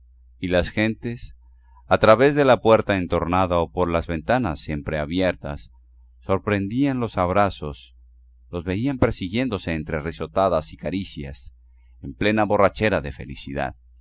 y las gentes a través de la puerta entornada o por las ventanas siempre abiertas sorprendían los abrazos los veían persiguiéndose entre risotadas y caricias en plena borrachera de felicidad